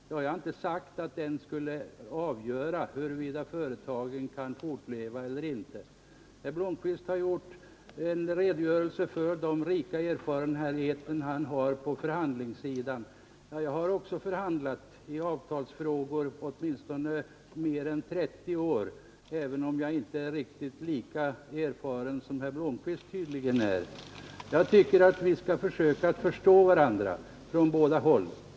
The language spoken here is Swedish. Jag har inte sagt att höjningen av löneskatten är avgörande när det gäller företagens möjligheter att fortleva. Herr Blomkvist redogjorde för sina rika erfarenheter av förhandlingar. Jag har också deltagit i avtalsförhandlingar i åtminstone 30 år, och även om jag tydligen inte har lika stora erfarenheter som herr Blomkvist på detta område tycker jag att vi ömsesidigt skall försöka förstå varandra.